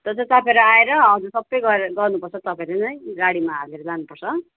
त्यो चाहिँ तपाईँहरू आएर हजुर सबै गरेर गर्नु पर्छ तपाईँहरूले नै गाडीमा हालेर लानुपर्छ